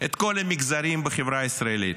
את כל המגזרים בחברה הישראלית.